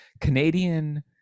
Canadian